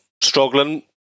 struggling